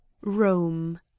Rome